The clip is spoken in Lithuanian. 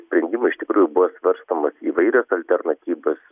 sprendimą iš tikrųjų bus svarstomos įvairios alternatyvos